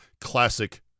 Classic